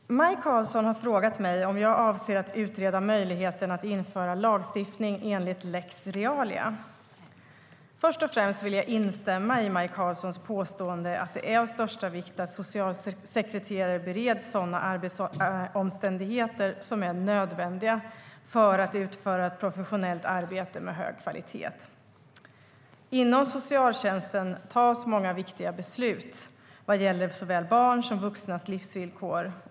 Fru talman! Maj Karlsson har frågat mig om jag avser att utreda möjligheten att införa lagstiftning enligt lex Realia. Först och främst vill jag instämma i Maj Karlssons påstående att det är av största vikt att socialsekreterare bereds sådana arbetsomständigheter som är nödvändiga för att utföra ett professionellt arbete med hög kvalitet. Inom socialtjänsten tas många viktiga beslut vad gäller såväl barns som vuxnas livsvillkor.